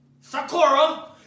Sakura